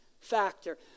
factor